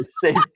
safe